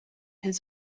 his